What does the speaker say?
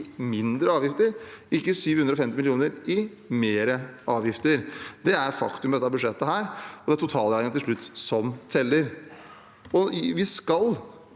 mindre i avgifter, ikke 750 mill. kr mer i avgifter. Det er faktum i dette budsjettet. Det er totalregningen til slutt som teller. Vi skal,